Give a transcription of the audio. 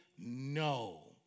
no